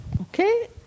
Okay